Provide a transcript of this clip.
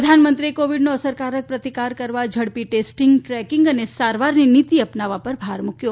પ્રધાનમંત્રીએ કોવિડનો અસરકારક પ્રતિકાર કરવા ઝડપી ટેસ્ટીંગ ટ્રેકીંગ અને સારવારની નિતી અપનાવવા પર ભાર મુક્યો